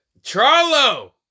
Charlo